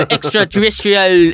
Extraterrestrial